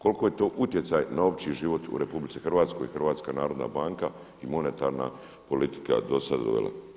Koliko je to utjecaj na opći život u RH, HNB i monetarna politika do sada dovela?